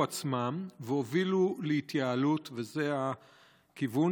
עצמם והובילו להתייעלות וזה הכיוון,